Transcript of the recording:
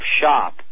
shop